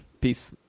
Peace